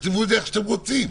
תכתבו את זה איך שאתם רוצים,